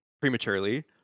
prematurely